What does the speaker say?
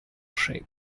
shaped